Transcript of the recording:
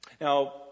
Now